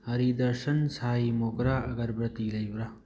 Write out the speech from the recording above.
ꯍꯔꯤ ꯗꯔꯁꯟ ꯁꯥꯏ ꯃꯣꯒ꯭ꯔꯥ ꯑꯒꯔꯕꯇꯤ ꯂꯩꯕ꯭ꯔꯥ